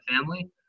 family